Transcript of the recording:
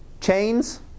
chains